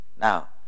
Now